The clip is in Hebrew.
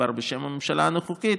כבר בשם הממשלה הנוכחית: